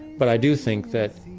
but i do think that